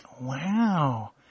wow